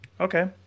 Okay